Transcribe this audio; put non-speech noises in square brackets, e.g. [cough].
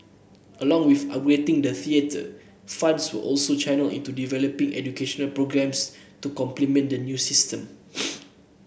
along with upgrading the theatre funds were also channelled into developing educational programmes to complement the new system [noise]